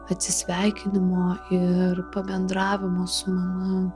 atsisveikinimo ir pabendravimo su mama